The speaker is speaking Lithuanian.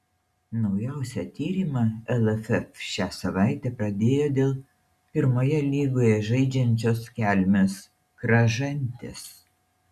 naujausią tyrimą lff šią savaitę pradėjo dėl pirmoje lygoje žaidžiančios kelmės kražantės